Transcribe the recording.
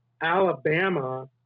Alabama